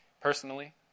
Personally